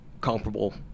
comparable